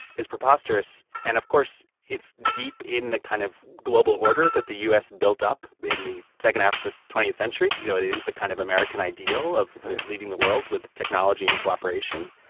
is preposterous. and, of course, it's deep in the kind of global order that the u s. built up in the second half of the twentieth century. you know it it is the kind of american ideal of leading the world with technology and cooperation.